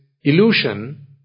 illusion